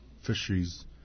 fisheries